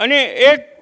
અને એ